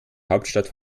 hauptstadt